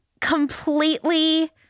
completely